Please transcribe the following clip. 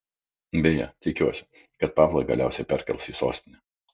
beje tikiuosi kad pavlą galiausiai perkels į sostinę